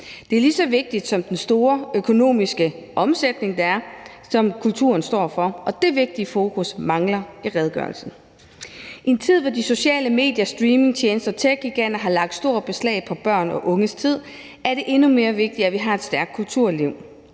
Det er lige så vigtigt som den store økonomiske omsætning, der er, og som kulturen står for, og détvigtige fokus mangler i redegørelsen. I en tid, hvor de sociale medier, streamingtjenester og techgiganter har lagt stort beslag på børn og unges tid, er det endnu mere vigtigt, at vi har et stærkt kulturliv,